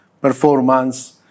performance